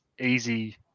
easy